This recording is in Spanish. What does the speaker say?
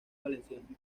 valenciano